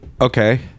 Okay